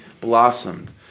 blossomed